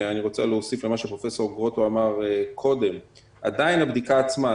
ואני רוצה להוסיף למה שפרופ' גרוטו אמר קודם: עדיין הבדיקה עצמה,